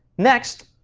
next,